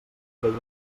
agrair